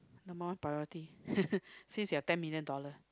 number one priority since you have ten million dollars